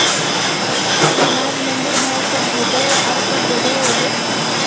अनाज मंडीर भाव कब घटोहो आर कब बढ़ो होबे?